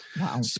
Wow